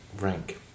rank